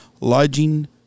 lodging